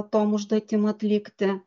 tom užduotim atlikti